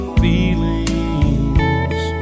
feelings